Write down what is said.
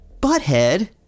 Butthead